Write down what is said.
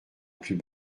plus